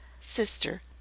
Sister